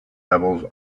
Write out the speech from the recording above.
levels